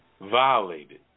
violated